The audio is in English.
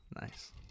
nice